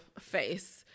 face